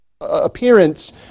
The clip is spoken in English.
appearance